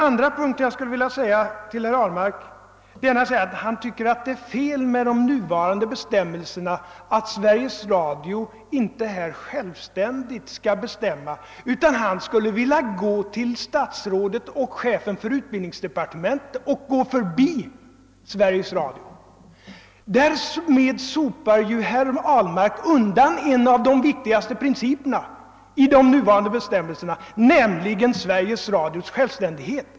Herr Ahlmark tycker att det är fel med det nuvarande systemet, att Sveriges Radio skall bestämma självständigt härvidlag. Han skulle vilja gå till statsrådet och chefen för utbildningsdepartementet och alltså gå förbi Sveriges Radio. Men därmed sopar ju herr Ahlmark undan en av de viktigaste principerna i de nuvarande bestämmelserna, nämligen Sveriges Radios självständighet.